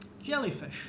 Jellyfish